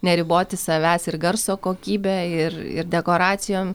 neriboti savęs ir garso kokybe ir ir dekoracijom